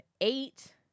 Eight